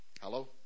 Hello